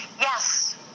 Yes